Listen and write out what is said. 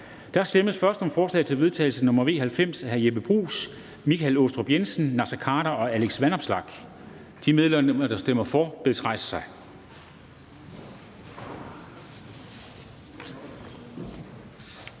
Der stemmes først om forslag til vedtagelse nr. V 90 af Jeppe Bruus (S), Michael Aastrup Jensen (V), Naser Khader (KF) og Alex Vanopslagh (LA). De medlemmer, der stemmer for, bedes rejse sig.